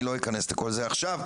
אני לא אכנס לכל זה עכשיו,